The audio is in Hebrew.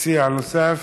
מציע נוסף.